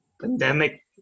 pandemic